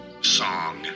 song